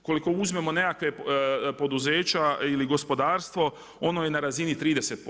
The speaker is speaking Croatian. Ukoliko uzmemo nekakva poduzeća ili gospodarstvo ono je na razini 30%